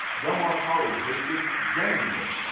del mar college hosted denim day,